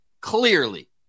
clearly